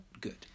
good